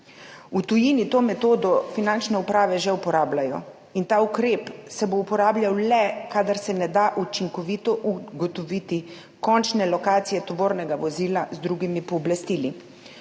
V tujini finančne uprave to metodo že uporabljajo in ta ukrep se bo uporabljal le, kadar se ne bo dalo učinkovito ugotoviti končne lokacije tovornega vozila z drugimi pooblastili.